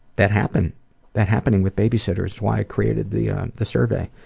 that happening that happening with babysitters why i created the ah the survey.